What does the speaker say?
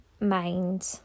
mind